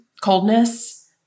coldness